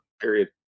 period